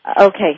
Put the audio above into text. Okay